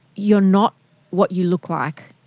you're not what you look like.